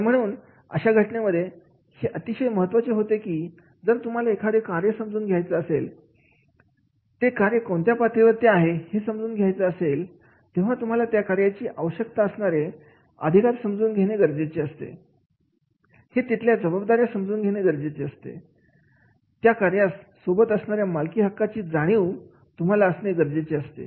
तर म्हणून अशा घटनेमध्ये हे अतिशय महत्त्वाचे होते की जर तुम्हाला एखादा कार्य समजून घ्यायचा असेल ते कार्य कोणत्या पातळीवर ती आहे हे समजून घ्यायचं असेल तेव्हा तुम्हाला त्या कार्यासाठी आवश्यक असणारे अधिकार समजून घेणे गरजेचे आहे हे तिथल्या जबाबदाऱ्या समजून घेणे गरजेचे आहे आहे त्या कार्यास सोबत असणाऱ्या मालकी हक्काची जाणीव तुम्हाला असणे गरजेचे आहे